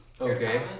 Okay